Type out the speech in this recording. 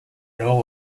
alors